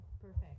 perfect